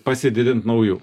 pasididint naujų